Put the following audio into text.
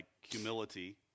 humility